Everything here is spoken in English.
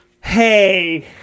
Hey